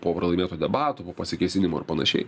po pralaimėto debatų po pasikėsinimo ir panašiai